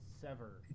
sever